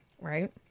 Right